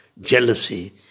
jealousy